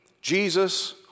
Jesus